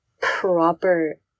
proper